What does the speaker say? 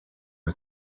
was